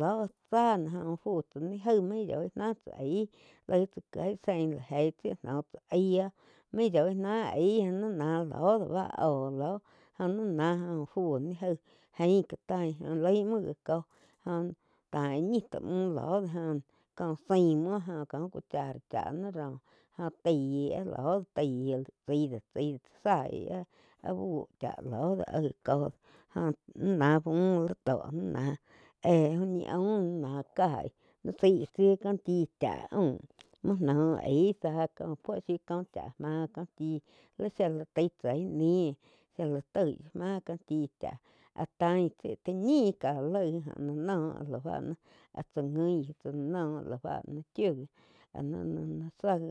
Ló tsá no joh úh fu tsá ni jaig muo yoig náh tsá aig laih tsá kieg sein la jeí tsi noh tsá aíh oh main yoi náh aig ni náh loh do báh óh loh joh ni náh uh fu ni jaí. Jain ká tain laig muo já kóh óh tain ñi tá muh loh joh có zain muo joh có cuchara cháh ni roh jo taí áh lo do taí chaí do chaí faí áh buh chá loh do aig có joh nih náh buh li tóh ni náh éh úh ñi aum ni náh caig ni zái chiu kó chi cháh aum muo noh aig záh có puo shiu có cháh máh cóh chí. Líh shia la taig tsá ih nih shía la toig máh có chi cháh áh tain tsi tá ñi ká laig joh la no áh la bá áh cha nguin tsá la noh láh báh nih chiu gi áh ni záh gi